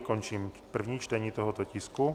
Končím první čtení tohoto tisku.